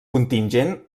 contingent